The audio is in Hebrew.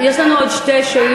יש לנו עוד שתי שאילתות.